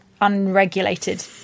unregulated